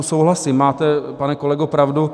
Souhlasím, máte, pane kolego, pravdu.